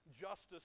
justice